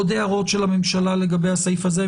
עוד הערות של הממשלה ביחס לסעיף הזה?